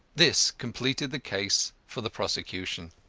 this completed the case for the prosecution.